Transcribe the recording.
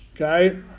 Okay